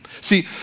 See